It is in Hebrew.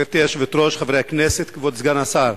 גברתי היושבת-ראש, חברי הכנסת, כבוד סגן השר,